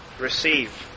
receive